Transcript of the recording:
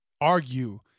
argue